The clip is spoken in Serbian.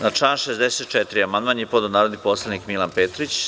Na član 64. amandman je podneo narodni poslanik Milan Petrić.